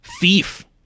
Thief